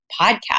podcast